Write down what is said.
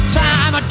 time